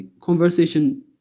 conversation